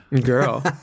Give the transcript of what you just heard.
Girl